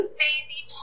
baby